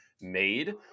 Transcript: made